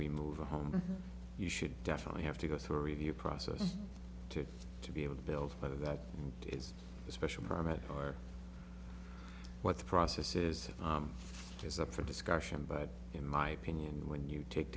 remove a home you should definitely have to go through a review process to to be able to build whether that is a special permit or what the process is is up for discussion but in my opinion when you take